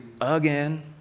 again